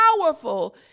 powerful